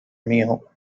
meal